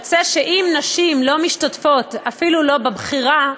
אם נשים לא משתתפות, אפילו לא בבחירה,